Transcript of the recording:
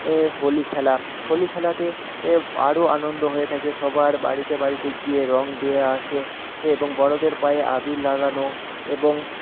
এ হোলি খেলা হোলি খেলাতে এ আরও আনন্দ হয়ে থাকে সবার বাড়িতে বাড়িতে গিয়ে রং দিয়ে আসে এবং বড়দের পায়ে আবির লাগানো এবং